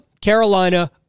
Carolina